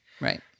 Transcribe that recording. Right